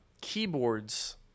Keyboards